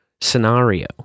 scenario